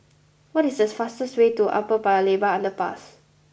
what is the fastest way to Upper Paya Lebar Underpass